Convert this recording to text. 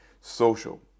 Social